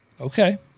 Okay